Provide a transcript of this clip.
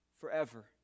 forever